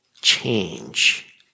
change